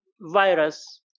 virus